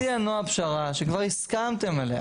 לא, הציעה נעה פשרה שכבר הסכמתם עליה.